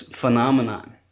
phenomenon